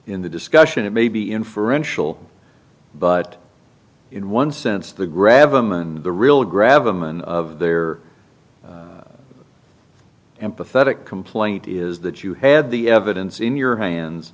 in the discussion it may be inferential but in one sense the grab them and the real grab them and they are empathetic complaint is that you had the evidence in your hands